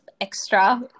extra